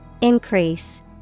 increase